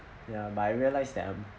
ya but I realise them